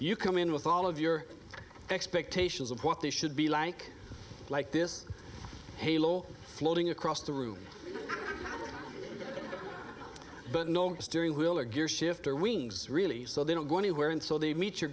you come in with all of your expectations of what they should be like like this halo floating across the room but no steering wheel or gear shift or wings really so they don't go anywhere until they meet your